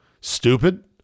Stupid